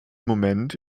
moment